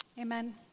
amen